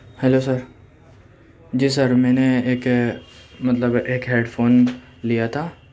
hello sir جی sir میں نے ایک مطلب ایک ہیڈ فون لیا تھا